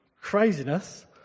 craziness